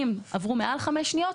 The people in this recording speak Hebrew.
אם עברו מעל 5 שניות,